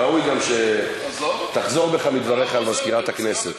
ראוי גם שתחזור בך מדבריך על מזכירת הכנסת.